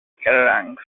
kerrang